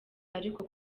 ariko